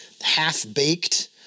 half-baked